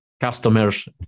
customers